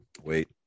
Wait